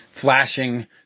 flashing